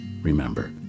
Remember